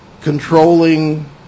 Controlling